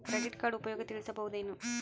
Credit card ಉಪಯೋಗ ತಿಳಸಬಹುದೇನು?